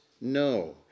No